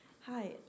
Hi